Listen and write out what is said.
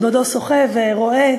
בעודו שוחה ורואה,